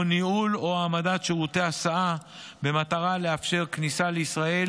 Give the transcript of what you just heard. ניהול או העמדת שירותי הסעה במטרה לאפשר כניסה לישראל